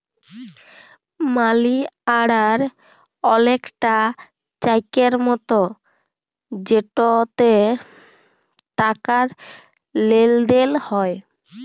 মালি order অলেকটা চ্যাকের মতো যেটতে টাকার লেলদেল হ্যয়